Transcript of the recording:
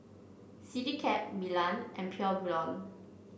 Citycab Milan and Pure Blonde